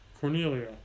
Cornelia